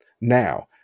Now